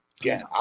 Again